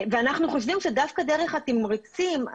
אנחנו חושבים שדווקא דרך התמריצים,